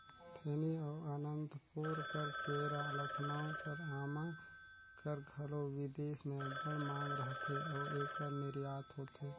थेनी अउ अनंतपुर कर केरा, लखनऊ कर आमा कर घलो बिदेस में अब्बड़ मांग रहथे अउ एकर निरयात होथे